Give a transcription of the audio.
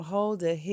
Holda